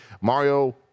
Mario